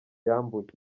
yambuye